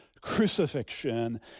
crucifixion